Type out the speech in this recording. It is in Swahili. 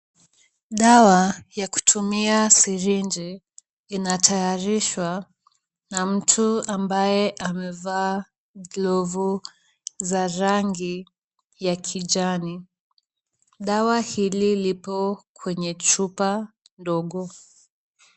Dawa ya kutumia sirinji inatayarishwa na mtu ambaye amevaa glovu za rangi ya kijani. Dawa hili lipo kwenye chupa ndogo.